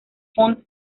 font